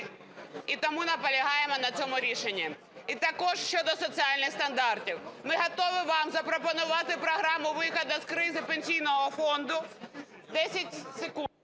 і тому наполягаємо на цьому рішенні. І також щодо соціальних стандартів. Ми готові вам запропонувати програму виходу з кризи Пенсійного фонду... 10 секунд.